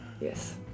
Yes